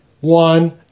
One